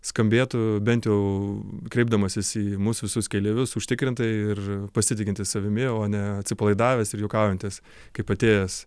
skambėtų bent jau kreipdamasis į mus visus keleivius užtikrintai ir pasitikintis savimi o ne atsipalaidavęs ir juokaujantis kaip atėjęs